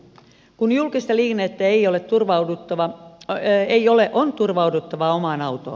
kun julkista liikennettä ei ole on turvauduttava omaan autoon